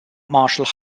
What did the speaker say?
marshall